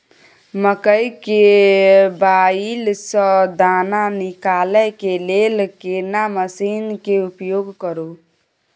मकई के बाईल स दाना निकालय के लेल केना मसीन के उपयोग करू?